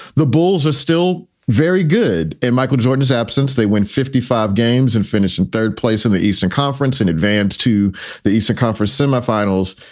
the bulls are still very good. and michael jordan's absence, they went fifty five games and finished in third place in the eastern conference in advance to the eastern conference semifinals.